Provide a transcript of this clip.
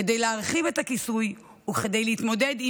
כדי להרחיב את הכיסוי וכדי להתמודד עם